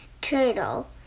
Turtle